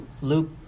Luke